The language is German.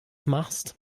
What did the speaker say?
machst